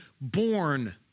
born